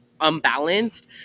unbalanced